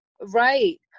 right